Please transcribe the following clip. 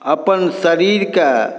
अपन शरीरके